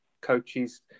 coaches